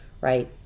right